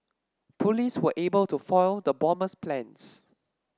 police were able to foil the bomber's plans